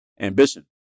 ambition